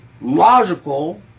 logical